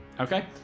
Okay